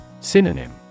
Synonym